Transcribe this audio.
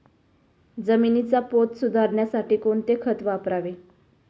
जमिनीचा पोत सुधारण्यासाठी कोणते खत वापरावे?